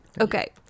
okay